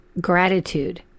gratitude